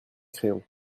crayon